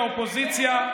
וכך מתחלקת האופוזיציה,